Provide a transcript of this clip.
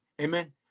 Amen